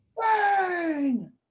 Bang